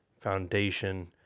foundation